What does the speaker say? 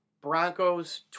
Broncos